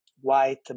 white